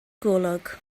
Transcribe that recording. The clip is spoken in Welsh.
golwg